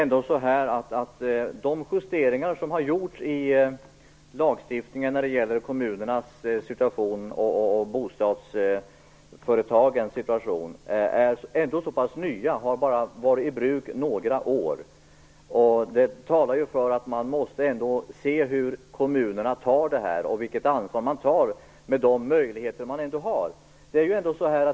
Fru talman! De justeringar som har gjorts i lagstiftningen när det gäller kommunernas och bostadsföretagens situation är ganska nya. De har bara varit i bruk några år. Det talar för att man måste se efter vilket ansvar kommunerna tar med de möjligheter de har.